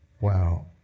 Wow